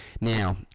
Now